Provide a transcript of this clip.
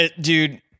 Dude